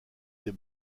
des